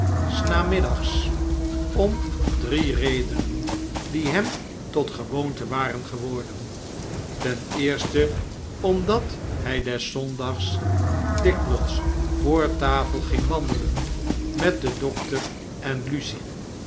namiddags om drie redenen die hem tot gewoonte waren geworden ten eerste omdat hg des zondags dikwijls voor tafel ging wandelen met den dokter en lucie